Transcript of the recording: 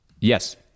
yes